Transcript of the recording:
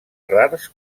rars